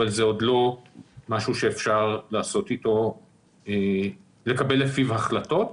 אבל זה עוד לא משהו שאפשר לקבל לפיו החלטות.